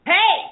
Hey